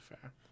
fair